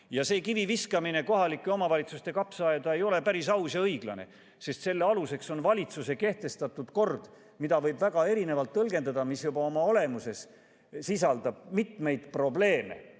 See kiviviskamine kohalike omavalitsuste kapsaaeda ei ole päris aus ja õiglane, sest selle aluseks on valitsuse kehtestatud kord, mida võib väga erinevalt tõlgendada ja mis juba oma olemuses sisaldab mitmeid probleeme,